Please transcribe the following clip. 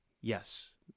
yes